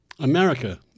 America